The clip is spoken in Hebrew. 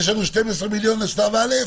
יש לנו 12 מיליון לשלב א'?